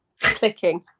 clicking